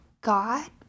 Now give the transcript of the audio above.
God